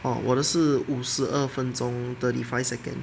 orh 我的是五十二分钟 thirty five seconds